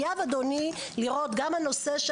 גם הסיוע של